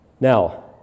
Now